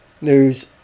News